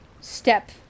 step